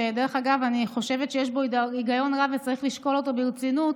שדרך אגב אני חושבת שיש בו היגיון רב וצריך לשקול אותו ברצינות,